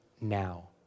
now